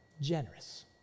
Generous